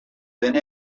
than